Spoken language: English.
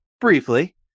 briefly